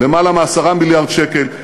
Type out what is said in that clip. למעלה מ-10 מיליארד שקל.